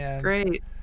Great